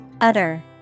Utter